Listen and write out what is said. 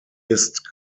ist